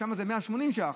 שם זה 180 שקלים,